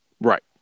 Right